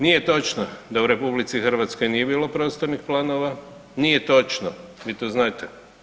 Nije točno da u RH nije bilo prostornih planova, nije točno vi to znate.